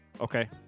Okay